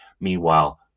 Meanwhile